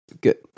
Good